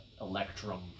electrum